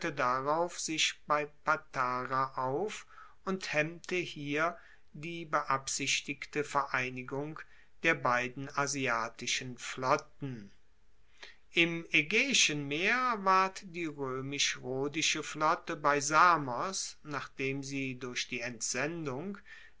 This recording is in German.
darauf sich bei patara auf und hemmte hier die beabsichtigte vereinigung der beiden asiatischen flotten im aegaeischen meer ward die roemisch rhodische flotte bei samos nachdem sie durch die entsendung